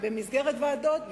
במסגרת ועדות,